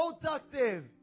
productive